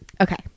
Okay